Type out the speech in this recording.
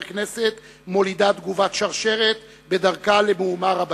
כנסת מולידה תגובת שרשרת בדרכה למהומה רבתי.